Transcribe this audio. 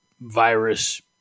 virus